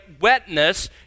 wetness